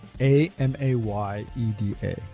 A-M-A-Y-E-D-A